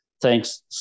thanks